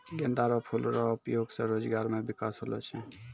गेंदा रो फूल रो उपयोग से रोजगार मे बिकास होलो छै